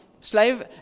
slave